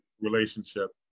Relationship